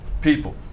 people